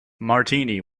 martini